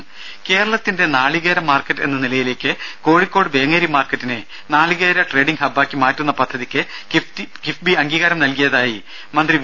രെട കേരളത്തിന്റെ നാളികേര മാർക്കറ്റ് എന്ന നിലയിലേക്ക് കോഴിക്കോട് വേങ്ങേരി മാർക്കറ്റിനെ നാളികേര ട്രേഡിംഗ് ഹബ്ബാക്കി മാറ്റുന്ന പദ്ധതിക്ക് കിഫ്ബി അംഗീകാരം ലഭിച്ചതായി മന്ത്രി വി